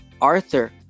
Arthur